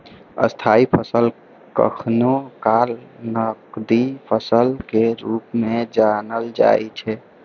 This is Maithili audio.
स्थायी फसल कखनो काल नकदी फसल के रूप मे जानल जाइ छै